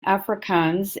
afrikaans